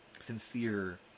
sincere